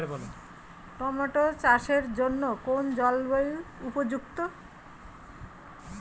Tomato চাষের জন্য কোন জলবায়ু উপযুক্ত?